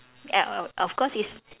uh of course it's